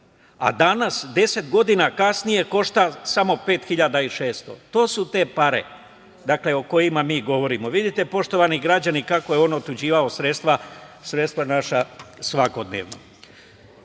a danas, 10 godina kasnije, košta samo 5.600. To su te pare, dakle, o kojima mi govorimo. Vidite, poštovani građani, kako je on otuđivao sredstva naša svakodnevno. Bivši